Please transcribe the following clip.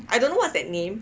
I don't know what's that name